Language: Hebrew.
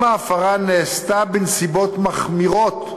אם ההפרה נעשתה בנסיבות מחמירות,